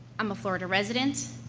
i'm a florida resident,